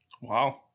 Wow